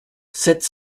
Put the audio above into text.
sept